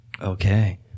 Okay